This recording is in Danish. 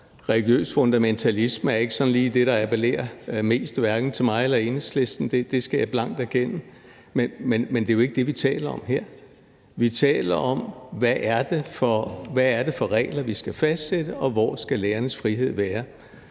religiøs fundamentalisme er ikke sådan lige det, der appellerer mest hverken til mig eller Enhedslisten – det skal jeg blankt erkende. Men det er jo ikke det, vi taler om her. Vi taler om, hvad det er for regler vi skal fastsætte, og hvor skal lærernes frihed være.